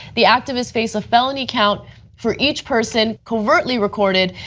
the activists face a felony count for each person covertly recorded,